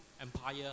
empire